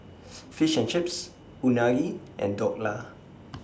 Fish and Chips Unagi and Dhokla